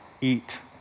eat